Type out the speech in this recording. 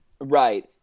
Right